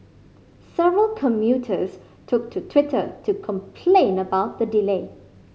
several commuters took to Twitter to complain about the delay